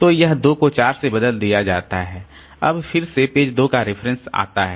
तो यह 2 को 4 से बदल दिया जाता है अब फिर से पेज 2 का रेफरेंस आता है